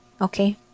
okay